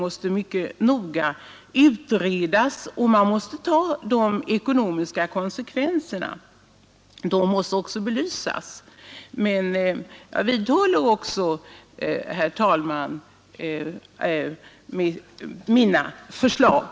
Den måste noga utredas, och man måste ta de ekonomiska konsekvenserna som också måste belysas. Men jag vidhåller, herr talman, mina förslag.